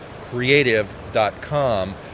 creative.com